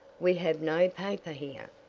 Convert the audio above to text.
we have no paper here.